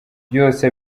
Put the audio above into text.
byose